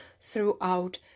throughout